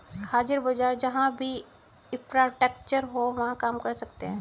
हाजिर बाजार जहां भी इंफ्रास्ट्रक्चर हो वहां काम कर सकते हैं